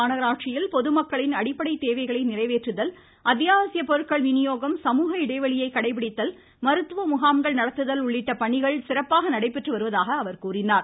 மாநகராட்சியில் பொதுமக்களின் மதுரை நிறைவேற்றுதல் அத்யாவசிய பொருட்கள் விநியோகம் சமூக இடைவெளியை கடைபிடித்தல் மருத்துவ முகாம்கள் நடத்துதல் உள்ளிட்ட பணிகள் சிறப்பாக நடைபெற்று வருவதாக கூறினார்